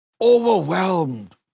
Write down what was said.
overwhelmed